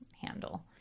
handle